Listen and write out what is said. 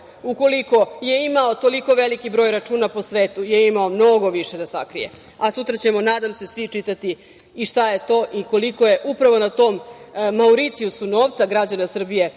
ukoliko je imao toliko veliki broj računa, po svetu je imao mnogo više da sakrije, a sutra ćemo nadam se svi čitati i šta je to i koliko je upravo na tom Mauricijusu novca građana Srbije